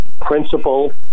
principle